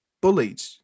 Bullied